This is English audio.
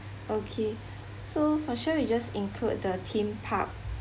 okay so for sure we just include the theme park